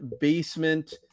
basement